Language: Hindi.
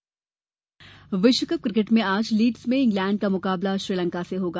किकेट विश्वकप क्रिकेट में आज लीड्स में इंग्लैंड का मुकाबला श्रीलंका से होगा